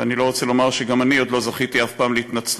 ואני לא רוצה לומר שגם אני עוד לא זכיתי אף פעם להתנצלות